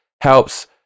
helps